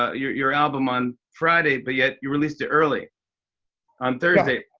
ah your your album on friday, but yet you released it early on thursday.